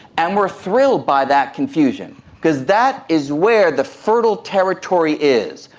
and we are thrilled by that confusion because that is where the fertile territory is.